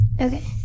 Okay